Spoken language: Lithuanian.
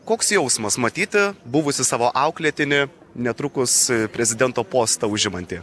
koks jausmas matyti buvusį savo auklėtinį netrukus prezidento postą užimantį